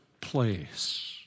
place